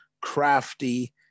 crafty